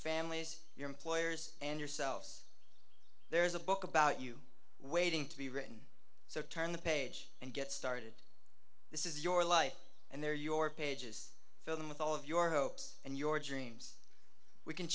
families your employers and yourselves there is a book about you waiting to be written so turn the page and get started this is your life and they're your pages filled in with all of your hopes and your dreams we can